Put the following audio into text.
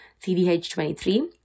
CDH23